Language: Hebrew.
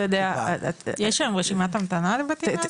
יש היום רשימת המתנה לבתים האלה?